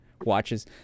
watches